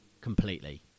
completely